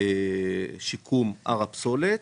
שיקום הר הפסולת,